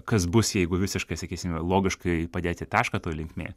kas bus jeigu visiškai sakysime logiškai padėti tašką toj linkmėj